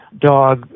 dog